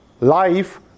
life